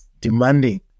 demanding